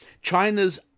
China's